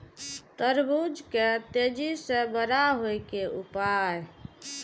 तरबूज के तेजी से बड़ा होय के उपाय?